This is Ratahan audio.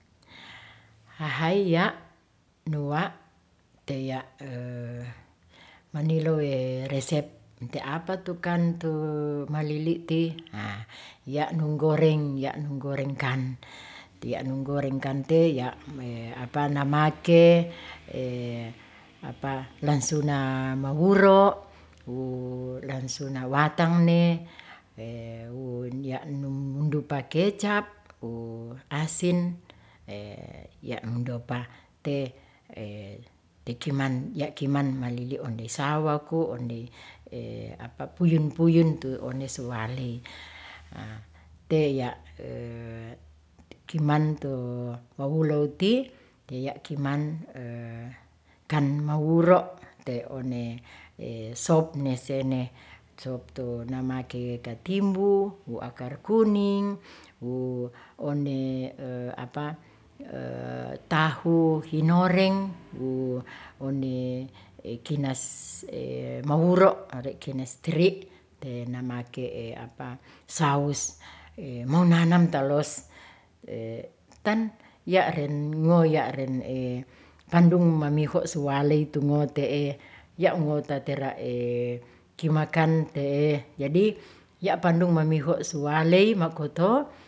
Hahay ya' nua te ya' manilow resep te apatukan te malili ti, yak nung goreng ya' nung gorengkan te ya' apa namake, langsuna mahuro' wo langsuna watangne yanum mundupa kecap wo asin ya' mundupa te kiman ya' kiman malili ondesawa ko onde puyun-puyun tu ondesu waley te ya' kiman te wawulow ti te ya' kiman kan mawuro' te one sop nesene sop tu namake katimbu, wo akar kuning, wo one tahu hinoreng, wo one kinas mawuro', ore' kinas teri', namake saus monanam talus tan ya' ren ngoya' ren pandung mamihu' suwaley tu ngote'e yalkno tatera kimakan te'e. jadi yak pandung mamihu' suwaley ma'koto